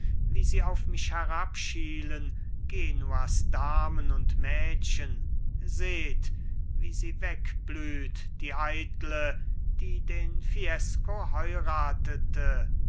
wie sie auf mich herabschielen genuas damen und mädchen seht wie sie wegblüht die eitle die den fiesco heuratete